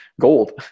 gold